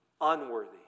unworthy